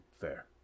Fair